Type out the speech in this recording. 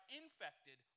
infected